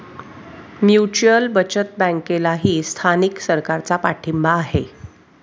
mutual बचत बँकेलाही स्थानिक सरकारचा पाठिंबा आहे